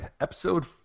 Episode